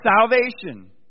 salvation